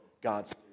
God's